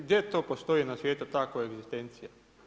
Gdje to postoji na svijetu takva egzistencija?